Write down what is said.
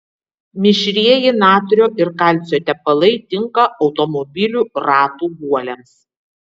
mišrieji natrio ir kalcio tepalai tinka automobilių ratų guoliams